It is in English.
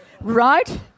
right